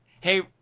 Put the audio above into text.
Hey